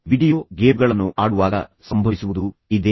video ಗೇಮ್ಗಳನ್ನು ಆಡುವಾಗ ಸಂಭವಿಸುವುದು ಇದೇನೇ